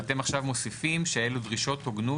ואתם עכשיו מוסיפים שאלו דרישות הוגנות